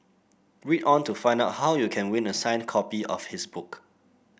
read on to find out how you can win a signed copy of his book